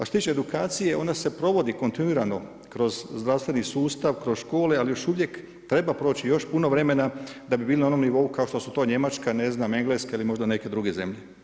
Što se tiče edukacije, ona se provodi kontinuirano kroz zdravstveni sustav, kroz škole ali još uvijek treba proći još puno vremena da bi bili na onom nivou kao što su to Njemačka, Engleska ili možda neke druge zemlje.